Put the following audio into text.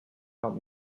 help